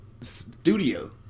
studio